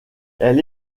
elle